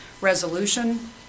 resolution